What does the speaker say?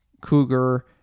cougar